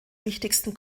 wichtigsten